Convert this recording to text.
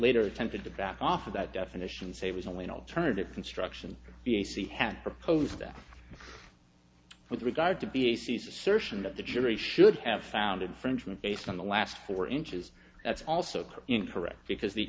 later attempted to back off of that definition say it was only an alternative construction the ac had proposed that with regard to be ac certain that the jury should have found infringement based on the last four inches that's also incorrect because the